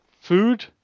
Food